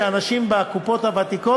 חברות כנסת נכבדות,